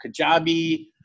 Kajabi